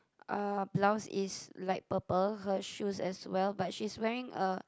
uh blouse is light purple her shoes as well but she's wearing a